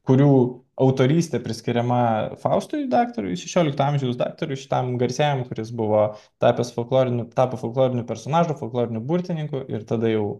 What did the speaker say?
kurių autorystė priskiriama faustui daktarui šešiolikto amžiaus daktarui šitam garsiajam kuris buvo tapęs folkloriniu tapo folkloriniu personažu folkloriniu burtininku ir tada jau